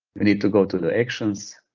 we need to go to the actions,